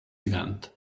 event